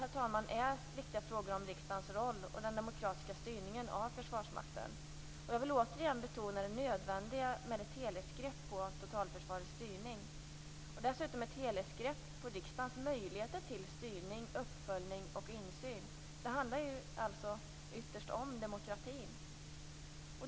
Detta är viktiga frågor om riksdagens roll och den demokratiska styrningen av Försvarsmakten. Jag vill återigen betona det nödvändiga med ett helhetsgrepp på totalförsvarets styrning. Dessutom är det nödvändigt med ett helhetsgrepp på riksdagens möjligheter till styrning, uppföljning och insyn. Det handlar alltså ytterst om demokratin.